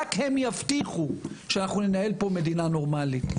רק הם יבטיחו שאנחנו ננהל פה מדינה נורמלית.